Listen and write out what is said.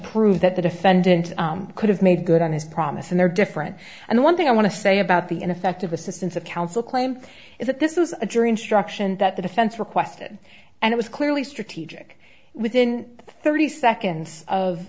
prove that the defendant could have made good on his promise and there are different and one thing i want to say about the ineffective assistance of counsel claim is that this is a jury instruction that the defense requested and it was clearly strategic within thirty seconds of